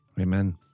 Amen